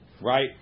right